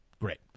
Great